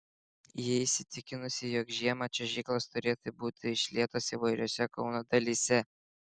ji įsitikinusi jog žiemą čiuožyklos turėtų būti išlietos įvairiose kauno dalyse